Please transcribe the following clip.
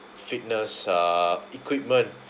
fitness uh equipment